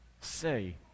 say